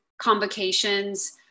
convocations